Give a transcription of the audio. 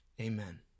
Amen